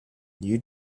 you